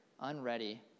unready